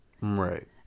Right